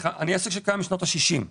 אני עסק שקיים משנות ה-60,